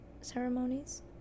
ceremonies